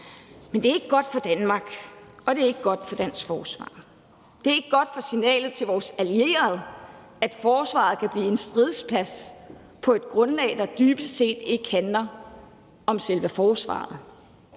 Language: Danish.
men det er ikke godt for Danmark, og det er ikke godt for dansk forsvar. Det er ikke godt, når det handler om signalet til vores allierede, at forsvaret kan blive en stridsplads på et grundlag, der dybest set ikke handler om selve forsvaret.